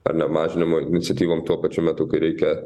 ar ne mažinimo iniciatyvom tuo pačiu metu kai reikia